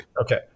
okay